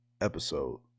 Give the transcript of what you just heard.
episode